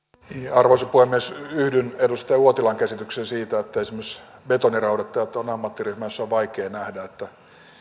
arvoisa puhemies yhdyn edustaja uotilan käsitykseen siitä että esimerkiksi betoniraudoittajat on ammattiryhmä jossa on vaikea nähdä että